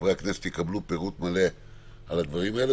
חברי הכנסת יקבלו פירוט מלא על הדברים האלה,